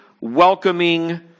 welcoming